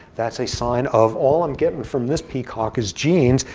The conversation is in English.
that's a sign of all i'm getting from this peacock is genes,